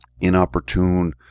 inopportune